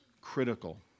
critical